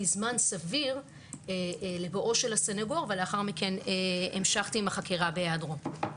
זמן סביר לבואו של הסנגור ולאחר מכן המשכתי עם החקירה בהיעדרו.